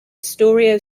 astoria